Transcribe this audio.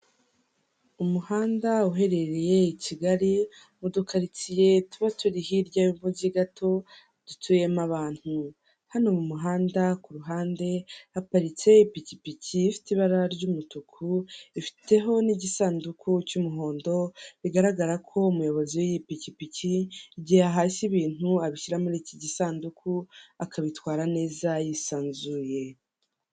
Umuhanda uherereye i Kigali udukaritsiye tuba turi hirya y'umujyi gato, dutuyemo abantu hano mu muhanda ku ruhande haparitse ipikipiki ifite ibara ry'umutuku, ifite n'igisanduku cy'umuhondo bigaragara ko umuyobozi w'iyipikipiki yahashye ibintu abishyira muri iki gisanduku akabitwara neza yisanzuye.